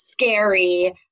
scary